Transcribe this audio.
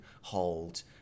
hold